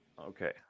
Okay